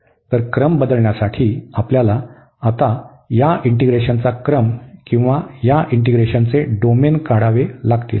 तर क्रम बदलण्यासाठी आपल्याला आता या इंटीग्रेशनचा क्रम किंवा या इंटीग्रेशनचे डोमेन काढावे लागतील